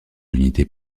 l’unité